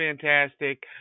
fantastic